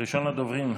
ראשון הדוברים,